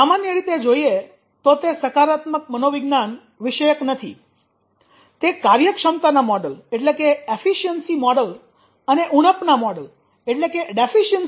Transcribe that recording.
સામાન્ય રીતે જોઈએ તો તે સકારાત્મક મનોવિજ્ઞાન વિષયક નથી તે કાર્યક્ષમતાના મોડેલ અને ઉણપના મોડેલ પર આધારિત છે